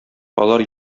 алар